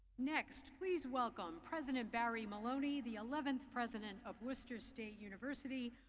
next, please welcome president, barry maloney the eleventh president of worcester state university,